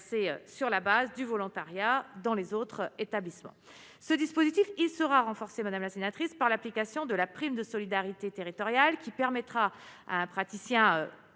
sur la base du volontariat dans les autres établissements ce dispositif, il sera renforcée, madame la sénatrice par l'application de la prime de solidarité territoriale qui permettra à un praticien